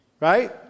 Right